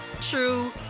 true